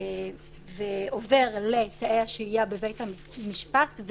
עובר לתאי השהייה בבית המשפט,